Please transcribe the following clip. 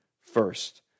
first